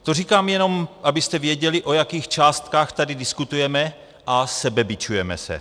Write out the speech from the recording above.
To říkám jenom, abyste věděli, o jakých částkách tady diskutujeme, a sebebičujeme se.